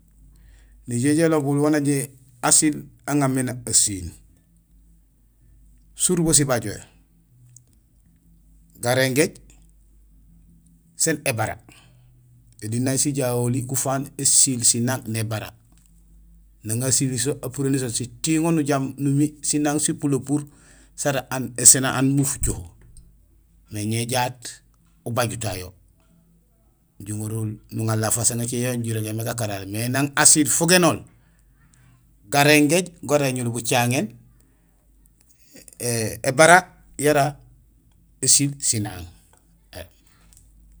nijool jo ilibul asiil aŋamé nasiil: surubo sibajowo; garingééj sén ébara. Ēli nay sijaholi gufaan ésiil sinaaŋ nébara; nang asili so apuréli so, sitiŋo nujaam numi sinaaŋ sipulopuur sasr aan éséén aan bu fucoho. Mais ñé jaat ubajuta yo. Nuŋanlaal façon écé yan jirégémé gakarari; mais nang asiil fugénol: garingééj gara éñul bucaŋéén, ébara yara ésiil sinaaŋ.